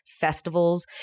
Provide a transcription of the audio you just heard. festivals